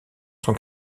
son